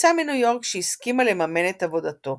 מפיצה מניו יורק שהסכימה לממן את עבודתו.